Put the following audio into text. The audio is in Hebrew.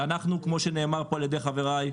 כמו שנאמר פה על ידי חבריי,